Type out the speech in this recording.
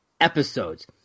episodes